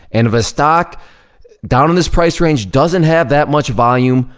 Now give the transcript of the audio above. and if a stock down in this price range doesn't have that much volume,